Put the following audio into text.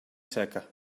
seca